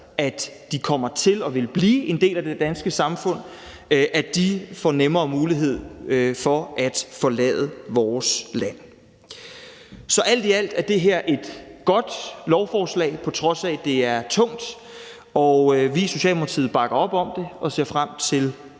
at de kommer til at ville blive en del af det danske samfund, får nemmere mulighed for at forlade vores land. Så alt i alt er det her et godt lovforslag, på trods af at det er tungt, og vi i Socialdemokratiet bakker op om det og ser frem til